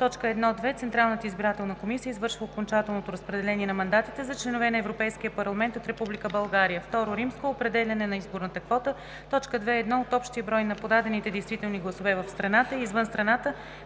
1.2. Централната избирателна комисия извърша окончателното разпределение на мандатите за членове на Европейския парламент от Република България. II. Определяне на изборната квота 2.1. От общия брой на подадените действителни гласове в страната и извън страната